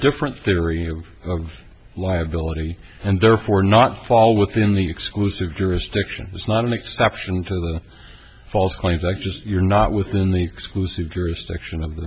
different theory of of liability and therefore not fall within the exclusive jurisdiction is not an exception to the false claims act just you're not within the exclusive jurisdiction of the